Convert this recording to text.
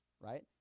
Right